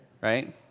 right